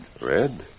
Red